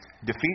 Defeat